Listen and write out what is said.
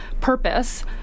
purpose